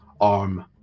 arm